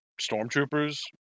Stormtroopers